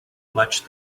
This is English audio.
much